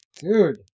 Dude